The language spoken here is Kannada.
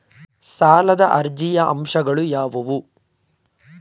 ಸಾಲದ ಅರ್ಜಿಯ ಅಂಶಗಳು ಯಾವುವು?